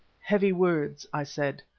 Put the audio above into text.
heavy words, i said.